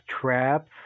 trap